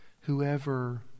whoever